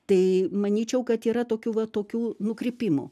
tai manyčiau kad yra tokių va tokių nukrypimų